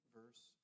verse